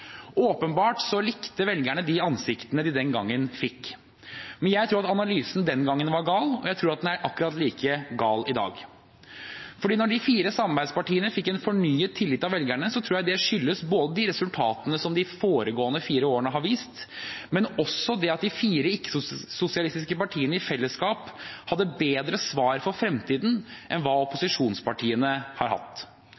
Åpenbart likte velgerne de ansiktene de den gangen fikk. Men jeg tror at analysen den gang var gal, og jeg tror den er akkurat like gal i dag. For når de fire samarbeidspartiene fikk fornyet tillit av velgerne, tror jeg det skyldtes de resultatene som de foregående fire årene hadde vist, men også at de fire ikke-sosialistiske partiene i fellesskap hadde bedre svar på fremtiden enn hva